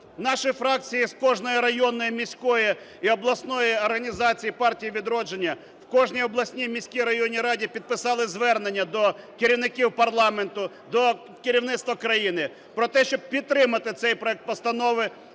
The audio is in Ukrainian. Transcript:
Наші фракції з кожної районної, міської і обласної організації Партії "Відродження" в кожній обласній і міській районні раді підписали звернення до керівників парламенту, до керівництва країни про те, щоб підтримати цей проект постанови,